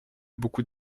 beaucoup